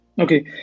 Okay